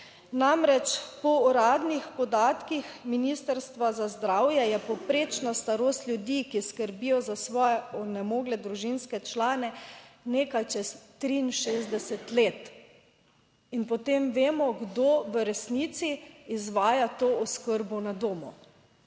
namreč po uradnih podatkih Ministrstva za zdravje je povprečna starost ljudi, ki skrbijo za svoje onemogle družinske člane, nekaj čez 63 let. In potem vemo, kdo v resnici izvaja to oskrbo na domu,